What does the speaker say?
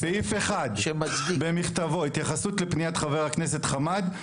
סעיף אחד, התייחסות לפניית כבר הכנסת חמד,